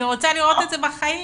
אני רוצה לראות את זה בחיים.